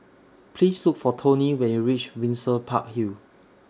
Please Look For Toni when YOU REACH Windsor Park Hill